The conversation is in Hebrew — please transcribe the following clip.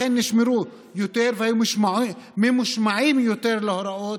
לכן נשמרו יותר והיו ממושמעים יותר להוראות,